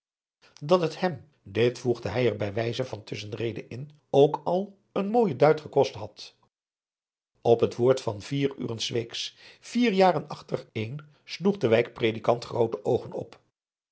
dat het hem dit voegde hij er bij wijze van tusschenrede in ook al een mooijen duit gekost had op het woord van vier uren s weeks vier jaren achter een sloeg de wijk predikant groote oogen op